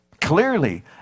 clearly